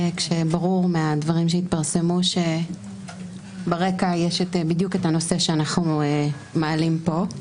כשברור מהדברים שהתפרסמו שברקע יש בדיוק את הנושא שאנחנו מעלים פה,